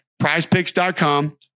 prizepicks.com